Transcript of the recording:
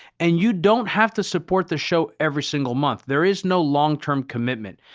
and you don't have to support the show every single month. there is no longterm commitment.